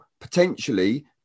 potentially